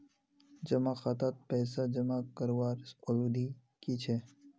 जमा खातात पैसा जमा करवार अवधि की छे?